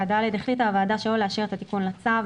החליטה הוועדה שלא לאשר את התיקון לצו,